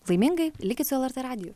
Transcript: laimingai likit su lrt radiju